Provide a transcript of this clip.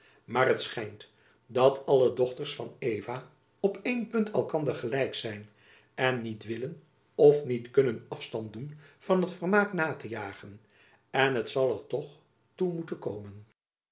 maar het schijnt dat alle dochters van eva op één punt elkander gelijk zijn en niet willen of niet kunnen afstand doen van het vermaak na te jagen en t zal er toch toe moeten komen